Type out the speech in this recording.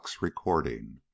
recording